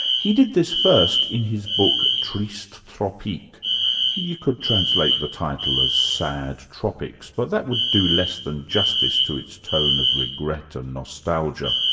he did this first in his book triste tropiques you could translate the title as sad tropics, but that would do less than justice to its tone of regret and nostalgia.